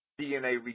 DNA